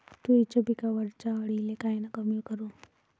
तुरीच्या पिकावरच्या अळीले कायनं कमी करू?